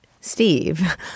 Steve